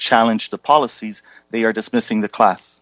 challenge the policies they are dismissing the class